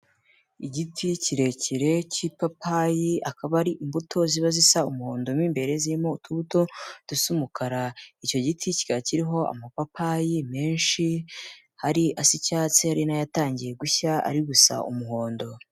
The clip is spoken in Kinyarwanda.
Igiti kirekire k'ipapayi akaba ari imbuto ziba zisa umuhondo mu imbere zirimo utubuto dusu umukara, icyo giti kikaba kiriho amapapayi menshi hari asa icyatsi hari n'ayatangiye gushya ari gusa umuhondo.